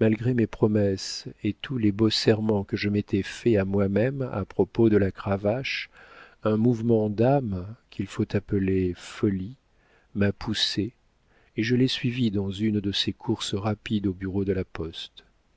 malgré mes promesses et tous les beaux serments que je m'étais faits à moi-même à propos de la cravache un mouvement d'âme qu'il faut appeler folie m'a poussée et je l'ai suivi dans une de ses courses rapides au bureau de la poste